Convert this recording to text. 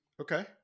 Okay